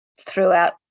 throughout